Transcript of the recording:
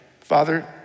Father